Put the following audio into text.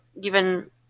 given